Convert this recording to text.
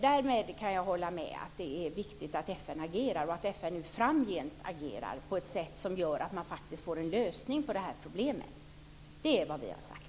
Därmed kan jag hålla med om att det är viktigt att FN agerar och att FN framgent agerar på ett sätt som gör att man faktiskt får en lösning på det här problemet. Det är vad vi har sagt.